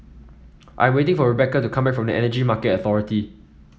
I'm waiting for Rebeca to come back from Energy Market Authority